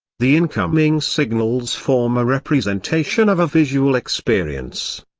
the incoming signals form a representation of a visual experience.